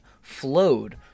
flowed